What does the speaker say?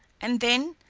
and then,